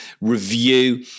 review